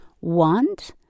want